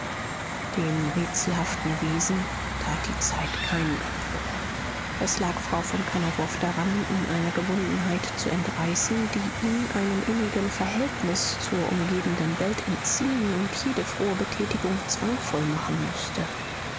dem rätselhaften wesen tat die zeit keinen abbruch es lag frau von kannawurf daran ihn einer gebundenheit zu entreißen die ihn einem innigen verhältnis zur umgebenden welt entziehen und jede frohe betätigung zwangvoll machen mußte